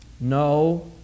no